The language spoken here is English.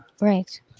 right